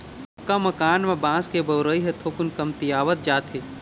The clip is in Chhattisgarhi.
पक्का मकान म बांस के बउरई ह थोकिन कमतीयावत जावत हे